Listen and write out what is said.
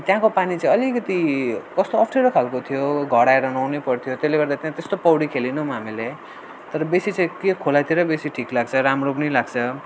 अनि त्यहाँको पानी चाहिँ अलिकति कस्तो अप्ठ्यारो खालको थियो घर आएर नुहाउनै पर्थ्यो त्यसले गर्दा चाहिँ त्यस्तो पौडी खेलेनौँ हामीले तर बेसी चाहिँ के खोलातिर बेसी ठिक लाग्छ राम्रो पनि लाग्छ